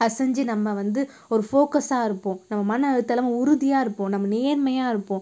அசைஞ்சி நம்ம வந்து ஒரு ஃபோக்கஸாக இருப்போம் நம்ம மன அழுத்தலாம் உறுதியாக இருப்போம் நம்ம நேர்மையாக இருப்போம்